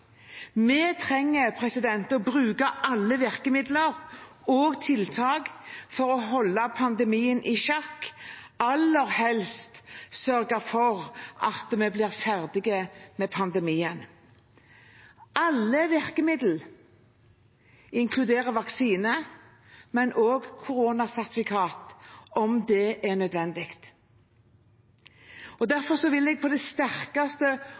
Vi trenger å bruke alle virkemidler og tiltak for å holde pandemien i sjakk og aller helst sørge for at vi blir ferdig med pandemien. Alle virkemidler inkluderer vaksine, men også koronasertifikat – om det er nødvendig. Derfor vil jeg på det sterkeste